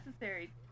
necessary